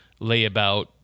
layabout